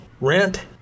Rent